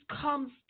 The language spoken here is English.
comes